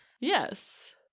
Yes